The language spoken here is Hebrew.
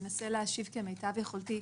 אנסה להשיב כמיטב יכולתי.